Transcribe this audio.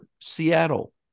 Seattle